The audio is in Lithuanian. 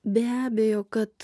be abejo kad